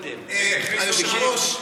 אינו נוכח היושב-ראש,